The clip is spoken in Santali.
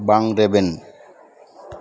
ᱵᱟᱝ ᱨᱮᱵᱮᱱ